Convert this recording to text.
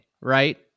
right